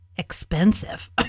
Expensive